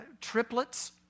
triplets